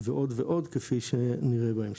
ועוד ועוד כפי שנראה בהמשך.